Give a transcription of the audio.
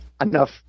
enough